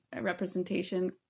representation